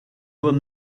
were